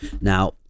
Now